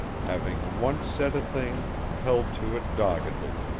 having once said a thing held to it doggedly,